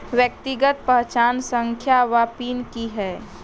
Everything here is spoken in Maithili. व्यक्तिगत पहचान संख्या वा पिन की है?